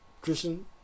christian